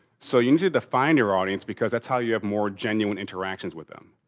so, you need to define your audience because that's how you have more genuine interactions with them.